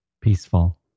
peaceful